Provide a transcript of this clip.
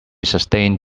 sustained